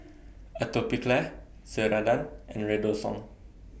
Atopiclair Ceradan and Redoxon